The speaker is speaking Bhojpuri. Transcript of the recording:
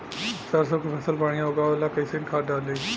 सरसों के फसल बढ़िया उगावे ला कैसन खाद डाली?